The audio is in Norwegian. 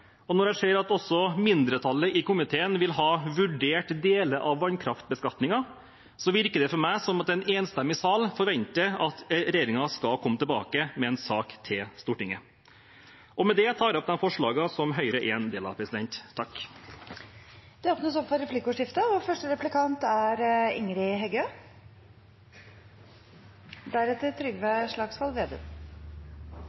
og når jeg ser at også mindretallet i komiteen vil ha vurdert deler av vannkraftbeskatningen, virker det for meg som at en enstemmig sal forventer at regjeringen skal komme tilbake med en sak til Stortinget. Det blir replikkordskifte. Både næringslivet og offentleg sektor treng langsiktige og føreseielege rammevilkår. Kraftskatteutvalets forslag om skroting av konsesjonsordningane, redusert eigedomsskatt og grunnrente for